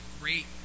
great